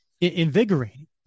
Invigorating